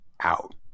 out